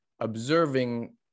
observing